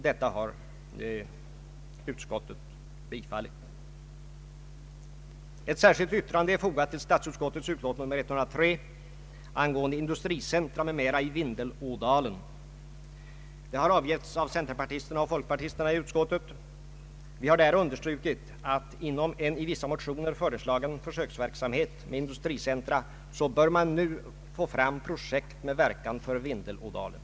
Detta har utskottet bifallit. Ett särskilt yttrande är fogat till statsutskottets utlåtande nr 103 angående industricentra m.m. i Vindelådalen. Det har avgetts av centerpartisterna och folkpartisterna i utskottet. Vi har där understrukit att inom en i vissa motioner föreslagen försöksverksamhet med industricentra bör man nu få fram projekt med verkan för Vindelådalen.